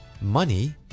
money